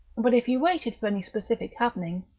but if he waited for any specific happening,